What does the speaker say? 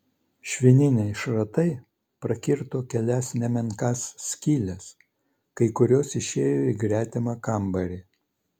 švininiai šratai prakirto kelias nemenkas skyles kai kurios išėjo į gretimą kambarį